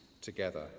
together